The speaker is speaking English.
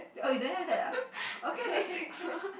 oh you don't have that ah okay